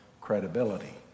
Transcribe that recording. credibility